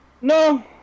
No